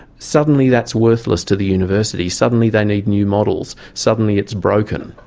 suddenly, that's worthless to the university, suddenly they need new models, suddenly it's broken.